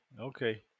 Okay